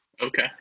Okay